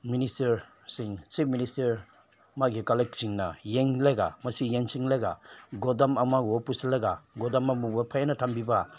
ꯃꯤꯅꯤꯁꯇꯔꯁꯤꯡ chief minister ꯃꯥꯒꯤ ꯀꯂꯤꯛꯁꯤꯡꯅ ꯌꯦꯡꯂꯒ ꯃꯁꯤ ꯌꯦꯡꯁꯤꯜꯂꯒ ꯒꯣꯗꯥꯎꯟ ꯑꯃꯒꯨꯝꯕ ꯄꯨꯁꯤꯜꯂꯒ ꯒꯣꯗꯥꯎꯟ ꯑꯃꯒꯨꯝꯕ ꯐꯖꯅ ꯊꯝꯕꯤꯕ